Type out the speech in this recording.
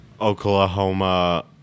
Oklahoma